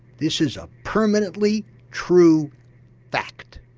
this is a permanently true fact,